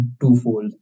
twofold